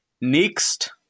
Next